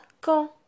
quand